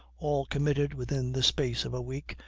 all committed within the space of a week,